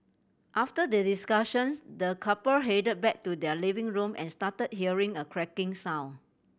after the discussions the couple headed back to their living room and started hearing a cracking sound